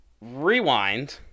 rewind